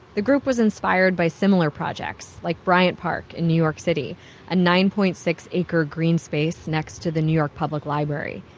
the group was inspired by similar projects, like bryant park in new york city a nine point six acre green space next to the new york public library.